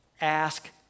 ask